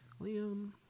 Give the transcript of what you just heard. Liam